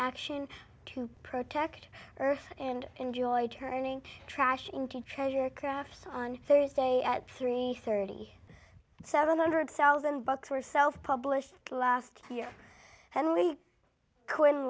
action to protect earth and enjoy turning trash into treasure crafts on thursday at three thirty seven hundred thousand bucks yourself published last year and we could